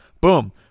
boom